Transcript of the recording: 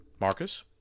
Marcus